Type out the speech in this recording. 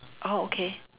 oh okay